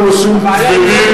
שמה לנו נושאים כבדים,